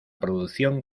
producción